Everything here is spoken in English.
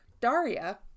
Daria